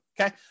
okay